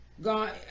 God